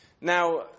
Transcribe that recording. Now